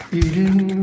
eating